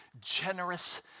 generous